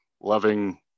loving